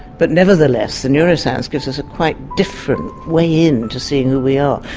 but nevertheless, the neuroscience gives us a quite different way in to seeing who we are.